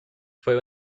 fue